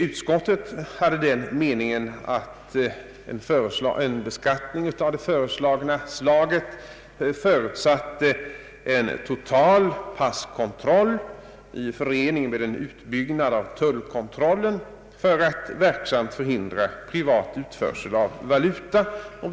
Utskottet hade den meningen att en beskattning sådan som den föreslagna förutsatte en total passkontroll i förening med en utbyggnad av tullkontrollen, för att privat utförsel av valuta skulle kunna förhindras.